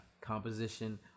composition